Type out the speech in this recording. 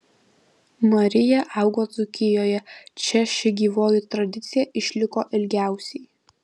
marija augo dzūkijoje čia ši gyvoji tradicija išliko ilgiausiai